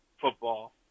football